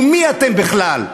הוא מי אתם בכלל,